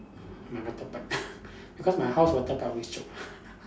my water pipe because my house water pipe always choke